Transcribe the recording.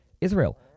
Israel